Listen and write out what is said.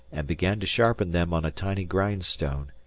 and began to sharpen them on a tiny grindstone,